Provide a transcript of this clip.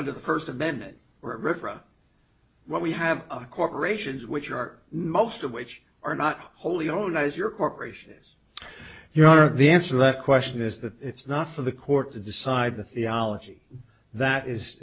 under the first amendment or a river when we have a corporations which are most of which are not wholly own as your corporation is your are the answer that question is that it's not for the court to decide the theology that is